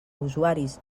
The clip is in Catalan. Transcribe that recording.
usuaris